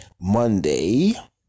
Monday